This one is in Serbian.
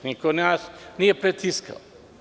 Niko nas nije pritiskao.